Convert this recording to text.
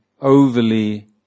overly